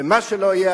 ומה שלא יהיה,